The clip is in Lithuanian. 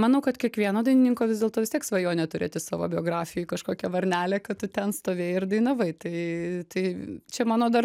manau kad kiekvieno dainininko vis dėlto vis tiek svajonė turėti savo biografijoj kažkokią varnelę kad tu ten stovėjai ir dainavai tai tai čia mano dar